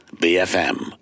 BFM